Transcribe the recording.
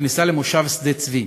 בכניסה למושב שדה-צבי,